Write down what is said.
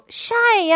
shy